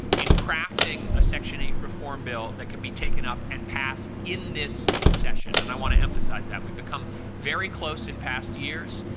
in crafting a section eight reform bill that can be taken up and passed in this section. and i want to emphasize that. we've become very close in past years.